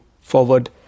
forward